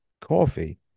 Coffee